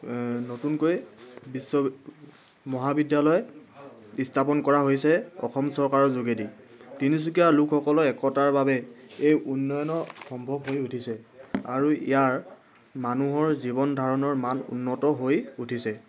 নতুনকৈ বিশ্ববি মহাবিদ্যালয় স্থাপন কৰা হৈছে অসম চৰকাৰৰ যোগেদি তিনিচুকীয়া লোকসকলৰ একতাৰ বাবে এই উন্নয়নৰ সম্ভৱ হৈ উঠিছে আৰু ইয়াৰ মানুহৰ জীৱন ধাৰণৰ মান উন্নত হৈ উঠিছে